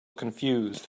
confused